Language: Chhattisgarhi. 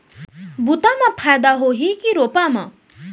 बुता म फायदा होही की रोपा म?